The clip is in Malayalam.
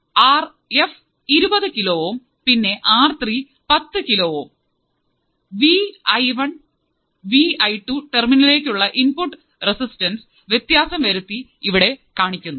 അപ്പോൾ ആർ എഫ് ഇരുപതു കിലോ ഓം പിന്നേ R three 10 kilo ohm R3 10 kilo ohm VI1 and VI2 ടെർമിനലിലേക്ക് ഉള്ള ഇൻപുട്ട് റെസിസ്റ്റൻസ് വ്യത്യാസം വരുത്തി ഇവിടെ കാണിക്കുന്നു